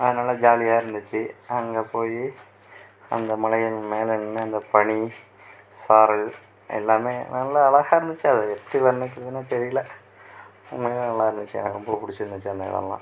அதனால ஜாலியாக இருந்துச்சு அங்கே போய் அங்கே மலைகள் மேலே நின்று அந்த பனி சாரல் எல்லாம் நல்லா அழகாக இருந்துச்சு அது எப்படி வர்ணிக்கிறதுன்னே தெரியலை உண்மையிலேயே நல்லாயிருந்துச்சி எனக்கு ரொம்ப பிடுச்சிருந்துச்சி அந்த இடமெல்லாம்